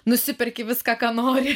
nusiperki viską ką nori